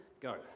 Go